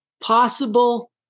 possible